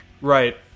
Right